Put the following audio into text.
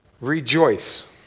Rejoice